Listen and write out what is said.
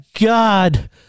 God